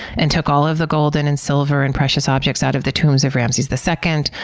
and took all of the golden and silver and precious objects out of the tombs of ramses the second,